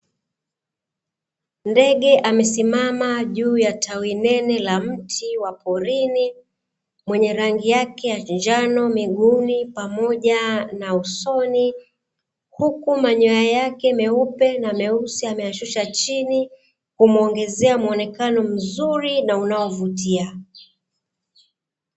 Ndege amesimama juu ya tawi nene la mti wa porini, mwenye rangi yake ya njano, miguuni pamoja na usoni, huku manyoya yake meupe na meusi ameyashusha chini, kumwongezea mwonekano mzuri na unaovutia.